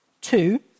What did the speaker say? two